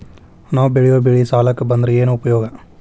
ನಾವ್ ಬೆಳೆಯೊ ಬೆಳಿ ಸಾಲಕ ಬಂದ್ರ ಏನ್ ಉಪಯೋಗ?